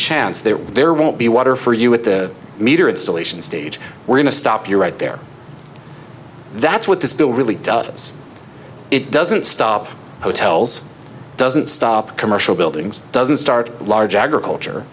chance that there won't be water for you at the meter installation stage we're going to stop you right there that's what this bill really does it doesn't stop hotels doesn't stop commercial buildings doesn't start large agriculture